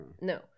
no